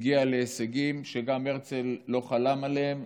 הגיעה להישגים שגם הרצל לא חלם עליהם,